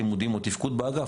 לימודים או בתפקוד באגף,